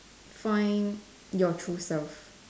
find your true self